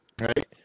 Right